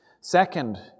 Second